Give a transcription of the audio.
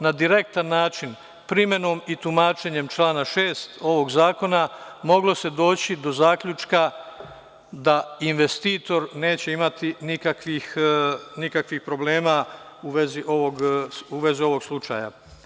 Na direktan način primenom i tumačenjem člana 6. ovog zakona moglo se doći do zaključka da investitor neće imati nikakvih problema u vezi ovog slučaja.